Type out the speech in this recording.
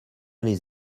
les